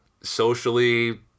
Socially